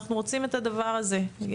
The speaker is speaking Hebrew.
אנחנו רוצים את הדבר הזה.